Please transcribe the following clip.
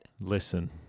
Listen